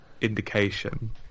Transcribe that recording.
indication